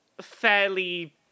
fairly